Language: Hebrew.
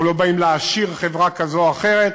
אנחנו לא באים להעשיר חברה כזו או אחרת,